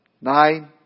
Nine